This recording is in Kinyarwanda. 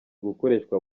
gukoreshwa